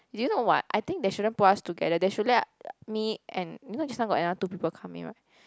do you know what I think they shouldn't put us together they should let me and you know just now got another two people come in right